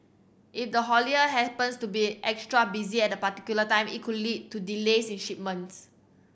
if the haulier happens to be extra busy at the particular time it could lead to delays in shipment